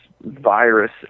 virus